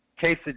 Casey